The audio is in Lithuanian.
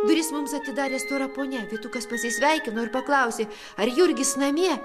duris mums atidarė stora ponia vytukas pasisveikino ir paklausė ar jurgis namie